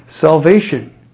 salvation